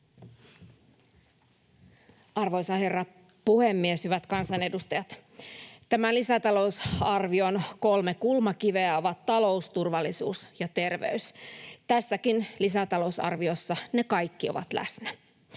Arvoisa herra puhemies! Hyvät kansanedustajat! Tämän lisätalousarvion kolme kulmakiveä ovat talous, turvallisuus ja terveys. Tässäkin lisätalousarviossa ne kaikki ovat läsnä.